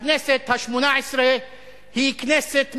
הכנסת השמונה-עשרה היא כנסת מבישה,